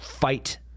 fight